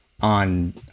on